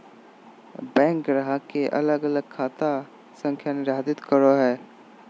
bank ग्राहक के अलग अलग खाता संख्या निर्धारित करो हइ